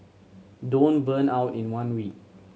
don't burn out in one week